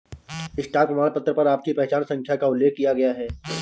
stock प्रमाणपत्र पर आपकी पहचान संख्या का उल्लेख किया गया है